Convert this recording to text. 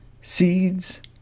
seeds